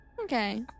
okay